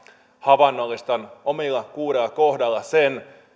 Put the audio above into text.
havainnollistan omilla kuudella kohdalla sen